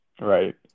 Right